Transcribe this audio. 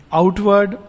outward